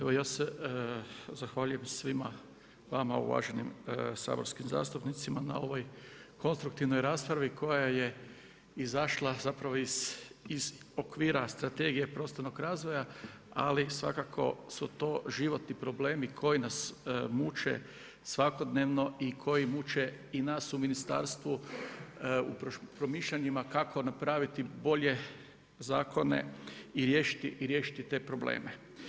Evo ja se zahvaljujem svima vama uvaženim saborskim zastupnicima, na ovoj konstruktivnoj raspravi koja je izašla zapravo iz okvira strategije prostornog razvoja, ali svakako su to životni problemi koji nas muče svakodnevno i koji muče i nas u ministarstvu, u promišljanjima kako napraviti bolje zakone i riješiti te probleme.